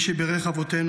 (חברי הכנסת מכבדים בקימה את המעמד.) "מי שבירך אבותינו